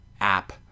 app